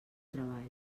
treball